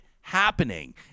happening